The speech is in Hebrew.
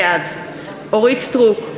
בעד אורית סטרוק,